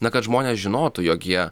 na kad žmonės žinotų jog jie